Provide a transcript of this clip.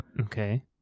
Okay